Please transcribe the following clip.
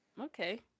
Okay